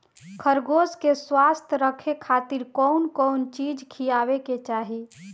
खरगोश के स्वस्थ रखे खातिर कउन कउन चिज खिआवे के चाही?